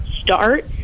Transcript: start